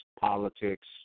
politics